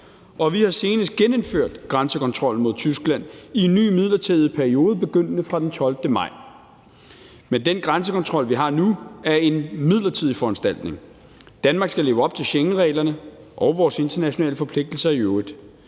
og vi har senest genindført grænsekontrollen mod Tyskland i en ny midlertidig periode begyndende den 12. maj. Men den grænsekontrol, vi har nu, er en midlertidig foranstaltning. Danmark skal leve op til Schengenreglerne og vores internationale forpligtelser i øvrigt.